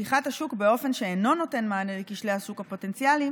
פתיחת השוק באופן שאינו נותן מענה לכשלי השוק הפוטנציאליים